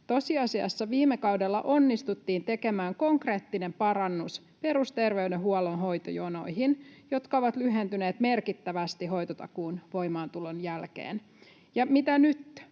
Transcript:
Tosiasiassa viime kaudella onnistuttiin tekemään konkreettinen parannus perusterveydenhuollon hoitojonoihin, jotka ovat lyhentyneet merkittävästi hoitotakuun voimaantulon jälkeen. Ja mitä nyt